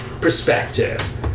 perspective